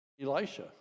Elisha